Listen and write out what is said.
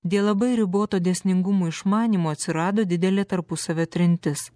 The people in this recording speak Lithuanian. dėl labai riboto dėsningumų išmanymo atsirado didelė tarpusavio trintis